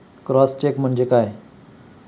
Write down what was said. Cross check म्हणजे काय?